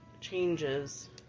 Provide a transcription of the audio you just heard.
changes